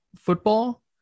football